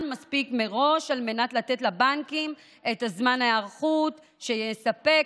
זמן מספיק מראש על מנת לתת לבנקים זמן היערכות מספיק,